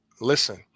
Listen